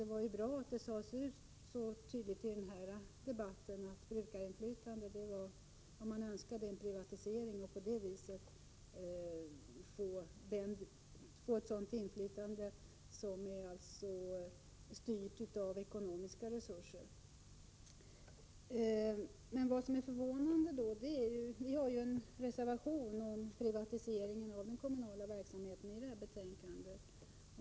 Det var bra att det sades ut så tydligt i den här debatten att man önskar en privatisering och på det viset brukarinflytande som styrs av ekonomiska resurser. Det finns ju en reservation om privatisering av den kommunala verksamheten i detta betänkande.